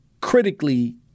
critically